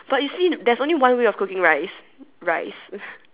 but you see there's only one way of cooking rice rice